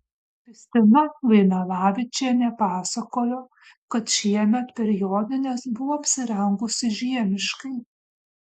kristina vainalavičienė pasakojo kad šiemet per jonines buvo apsirengusi žiemiškai